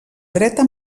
dreta